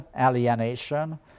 alienation